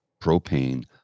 propane